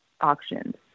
auctions